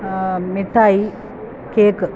മിഠായി കേക്ക്